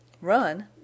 Run